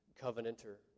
Covenanter